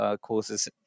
courses